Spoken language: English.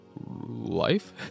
life